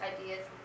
ideas